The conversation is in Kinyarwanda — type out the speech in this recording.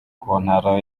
kontaro